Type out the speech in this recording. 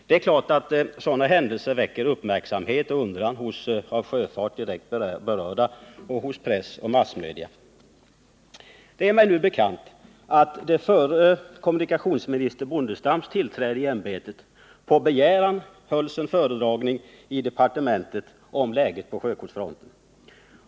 Det är klart att sådana förhållanden väcker uppmärksamhet och undran hos av sjöfarten direkt berörda och hos press och andra massmedia. ; Det är mig bekant att det före kommunikationsminister Bondestams tillträde i ämbetet på begäran hölls en föredragning i departementet om läget på sjökortsfronten.